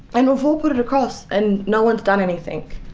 and we've all put it across and no one's done anything.